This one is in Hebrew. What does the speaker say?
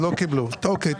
אוקיי,